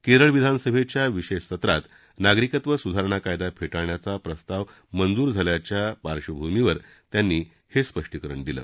केरळ विधानसभेच्या विशेष सत्रात नागरिकत्व सुधारणा कायदा फेटाळण्याचा प्रस्ताव मंजूर झाल्याच्या पार्धभूमीवर त्यांनी हे स्पष्टीकरण दिलं